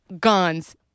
guns